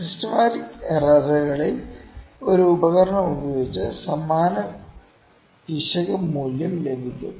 systematic എറർകളിൽ ഒരു ഉപകരണം ഉപയോഗിച്ച് സമാന പിശക് മൂല്യം ലഭിക്കും